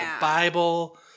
Bible